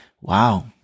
Wow